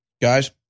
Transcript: guys